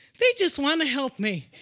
they just want to help me.